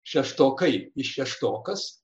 šeštokai iš šeštokas